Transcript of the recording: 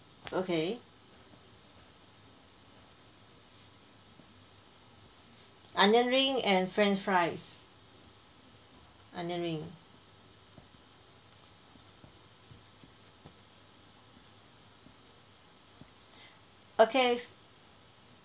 okay onion ring and french fries onion ring okay